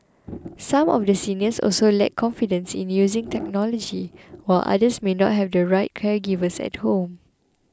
some of the seniors also lack confidence in using technology while others may not have the right caregivers at home